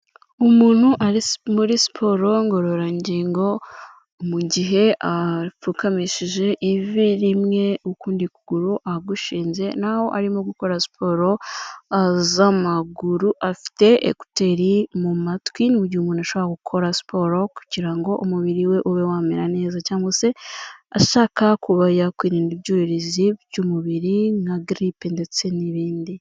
Umuntu uri muri siporo ngororangingo, mu gihe apfukamishije ivi rimwe ukundi ukuguru agushinze, naho arimo gukora siporo z'amaguru, afite écouter mu matwi, ni mugihe umuntu ashobora gukora siporo kugira ngo umubiri we ube wamera neza, cyangwa se ashaka yakwirinda ibyuririzi by'umubiri nka grippe ndetse n'ibindi.